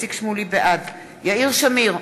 בעד יאיר שמיר,